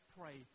pray